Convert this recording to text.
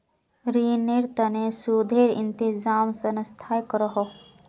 रिनेर तने सुदेर इंतज़ाम संस्थाए करोह